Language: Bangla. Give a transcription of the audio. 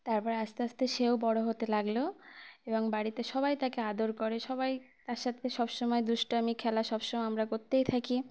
তারপর আস্তে আস্তে সেও বড়ো হতে লাগলো এবং বাড়িতে সবাই তাকে আদর করে সবাই তার সাথকে সব সময় দুষ্টুমি খেলা সব সময় আমরা কোত্তেই থাকি